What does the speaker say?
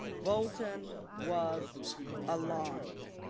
bolton was alarmed.